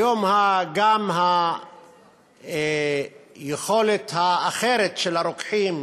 היום גם היכולת האחרת של הרוקחים